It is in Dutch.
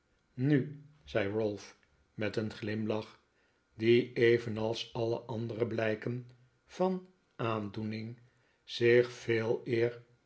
nu zei ralph met een glimlach die evenals alle andere blijken van aandoening zich veeleer